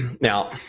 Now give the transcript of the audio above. Now